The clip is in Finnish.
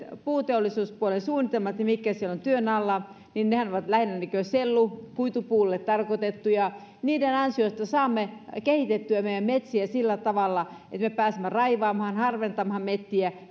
puuteollisuuspuolen suunnitelmathan mitkä siellä ovat työn alla ovat lähinnä sellu kuitupuulle tarkoitettuja niiden ansiosta saamme kehitettyä meidän metsiämme sillä tavalla että me pääsemme raivaamaan harventamaan metsiä